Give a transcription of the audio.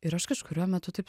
ir aš kažkuriuo metu taip